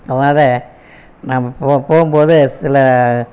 அதனால் நாம் போகும்போது சில